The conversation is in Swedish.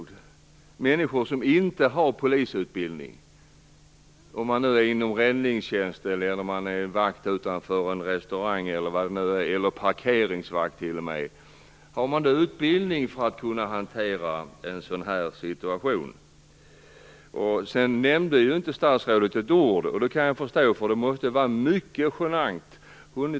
Det handlar om människor som inte har polisutbildning och som jobbar inom räddningstjänsten, som vakter utanför en restaurang eller t.o.m. som parkeringsvakter. Har de utbildning för att kunna hantera en sådan här situation? Statsrådet nämnde inte detta med ett ord. Jag kan förstå det, därför att det måste vara mycket genant.